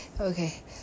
okay